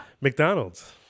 McDonald's